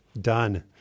Done